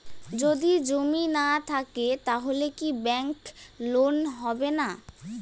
যদি জমি না থাকে তাহলে কি ব্যাংক লোন হবে না?